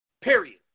Period